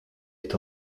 est